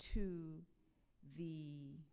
to the